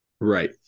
right